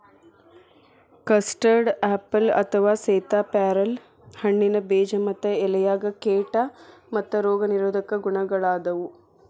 custard apple ಅಥವಾ ಸೇತಾಪ್ಯಾರಲ ಹಣ್ಣಿನ ಬೇಜ ಮತ್ತ ಎಲೆಯಾಗ ಕೇಟಾ ಮತ್ತ ರೋಗ ನಿರೋಧಕ ಗುಣಗಳಾದಾವು